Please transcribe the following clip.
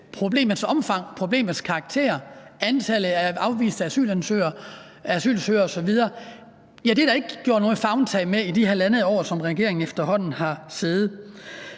problemets omfang, problemets karakter – antallet af afviste asylansøgere osv. – så er der ikke taget noget favntag med i det halvandet år, som regeringen efterhånden har siddet.